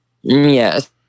yes